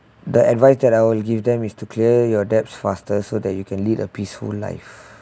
the advice that I will give them is to clear your debts faster so that you can live a peaceful life